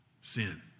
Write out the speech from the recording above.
Sin